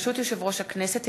ברשות יושב-ראש הכנסת,